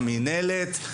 המינהלת,